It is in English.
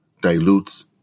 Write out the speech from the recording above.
dilutes